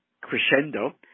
crescendo